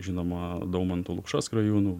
žinoma daumantu lukša skrajūnu